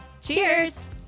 Cheers